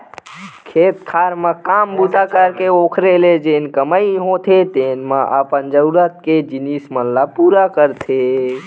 खेत खार म काम बूता करके ओखरे ले जेन कमई होथे तेने म अपन जरुरत के जिनिस मन ल पुरा करथे